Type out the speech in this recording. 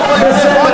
בסדר,